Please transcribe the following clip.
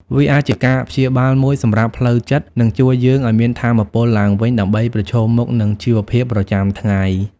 វាអាចជាការព្យាបាលមួយសម្រាប់ផ្លូវចិត្ត និងជួយយើងឲ្យមានថាមពលឡើងវិញដើម្បីប្រឈមមុខនឹងជីវភាពប្រចាំថ្ងៃ។